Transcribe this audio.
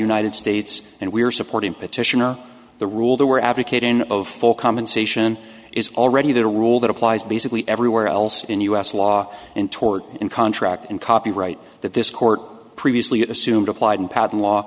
united states and we are supporting petitioner the rule they were advocating of full compensation is already the rule that applies basically everywhere else in u s law and tort and contract and copyright that this court previously assumed applied in patent law